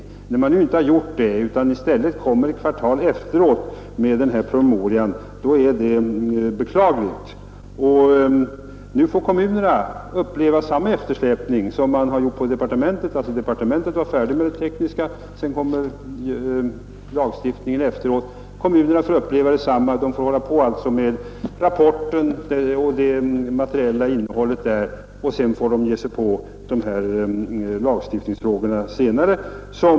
Att man inte gjort detta utan kommer ett kvartal efteråt med denna promemoria är att beklaga. Kommunerna får nu uppleva samma eftersläpning som man försatt sig i inom departementet. Där var man färdig med det tekniska arbetet, sedan kom lagstiftningsarbetet. Kommunerna får hålla på med rapporten och det materiella innehållet och ge sig på lagstiftningsfrågorna senare.